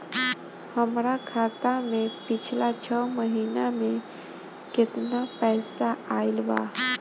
हमरा खाता मे पिछला छह महीना मे केतना पैसा आईल बा?